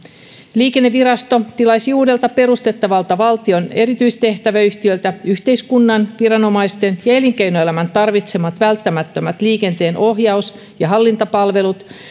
liikennevirasto tilaisi uudelta perustettavalta valtion erityistehtäväyhtiöltä yhteiskunnan viranomaisten ja elinkeinoelämän tarvitsemat välttämättömät liikenteenohjaus ja hallintapalvelut